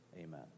Amen